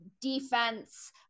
defense